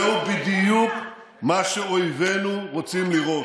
זהו בדיוק מה שאויבינו רוצים לראות.